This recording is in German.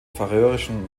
färöischen